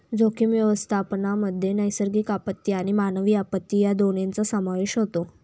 जोखीम व्यवस्थापनामध्ये नैसर्गिक आपत्ती आणि मानवी आपत्ती या दोन्हींचा समावेश होतो